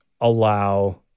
allow